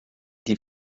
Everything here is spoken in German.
die